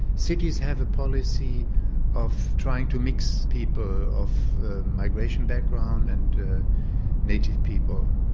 cities have a policy of trying to mix people of migration background and native people.